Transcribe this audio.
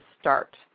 start